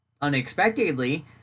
unexpectedly